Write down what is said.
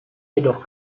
jedoch